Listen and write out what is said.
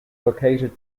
located